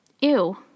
Ew